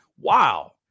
Wow